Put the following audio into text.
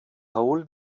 hole